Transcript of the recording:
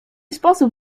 sposób